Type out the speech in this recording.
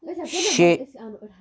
شے